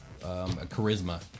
charisma